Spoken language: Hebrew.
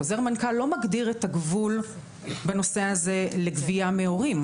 חוזר מנכ"ל לא מגדיר את הגבול בנושא הזה לגבייה מהורים.